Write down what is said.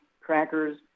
crackers